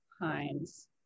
Heinz